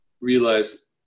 realize